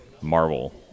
Marvel